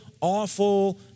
awful